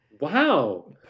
wow